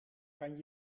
kan